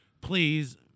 Please